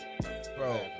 Bro